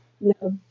No